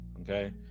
Okay